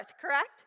correct